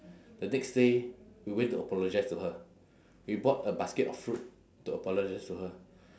the next day we went to apologise to her we bought a basket of fruit to apologise to her